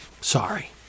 sorry